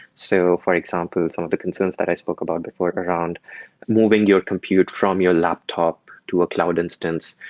so for example, some of the concerns that i spoke about before around moving your compute from your laptop to a cloud instance.